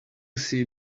see